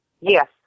Yes